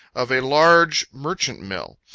of a large merchant mill,